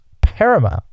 paramount